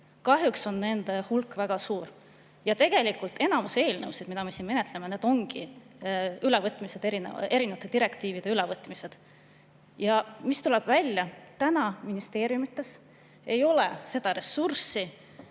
Kahjuks on nende hulk väga suur. Tegelikult enamik eelnõusid, mida me siin menetleme, ongi ülevõtmised, erinevate direktiivide ülevõtmised. Ja mis tuleb välja? Ministeeriumides ei ole seda ressurssi,